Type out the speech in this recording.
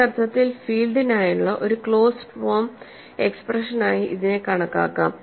ആ അർത്ഥത്തിൽ ഫീൽഡിനായുള്ള ഒരു ക്ലോസ്ഡ് ഫോം എക്സ്പ്രഷനായി ഇതിനെ കണക്കാക്കാം